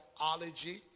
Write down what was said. ology